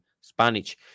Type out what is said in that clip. Spanish